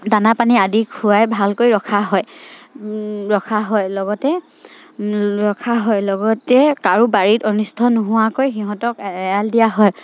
দানা পানী আদি খুৱাই ভালকৈ ৰখা হয় লগতে ৰখা হয় লগতে কাৰো বাৰীত অনিষ্ট নোহোৱাকৈ সিহঁতক এৰাল দিয়া হয়